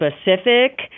specific